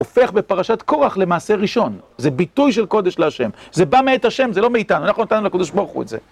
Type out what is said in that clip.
הופך בפרשת קורח למעשה ראשון, זה ביטוי של קודש להשם, זה בא מעת השם, זה לא מאיתנו, אנחנו נתנו לקודש ברוך הוא את זה.